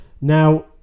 Now